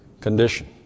condition